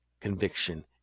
conviction